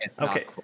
okay